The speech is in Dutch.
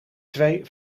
twee